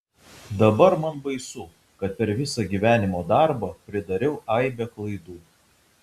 dabar man baisu kad per visą gyvenimo darbą pridariau aibę klaidų